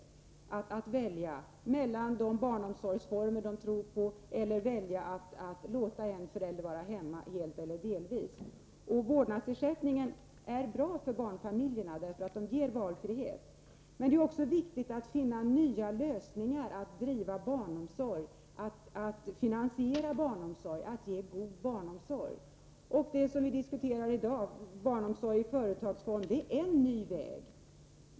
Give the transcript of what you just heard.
De kan välja mellan de barnomsorgsformer som de tror på, eller låta en förälder vara hemma helt eller delvis. Vårdnadsersättningen är bra för barnfamiljerna just därför att den ger valfrihet. Det är viktigt att vi finner nya lösningar för att driva barnomsorg, finansiera barnomsorg och ge god barnomsorg. Det som vi diskuterar i dag, barnomsorg i företagsform, är en ny väg.